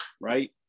right